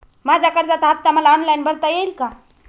माझ्या कर्जाचा हफ्ता मला ऑनलाईन भरता येईल का?